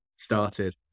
Started